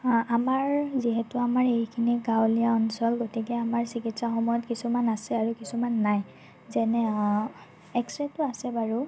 আমাৰ যিহেতু আমাৰ এইখিনি গাঁৱলীয়া অঞ্চল গতিকে আমাৰ চিকিৎসা সমল কিছুমান আছে আৰু কিছুমান নাই যেনে এক্সৰে'টো আছে বাৰু